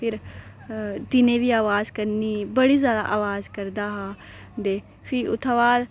फिर दिनें बी अवाज करनी बड़ी जैदा अवाज करदा हा ते फिर उत्थूं बाद